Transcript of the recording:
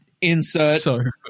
insert